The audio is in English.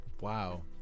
Wow